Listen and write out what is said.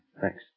Thanks